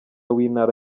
w’intara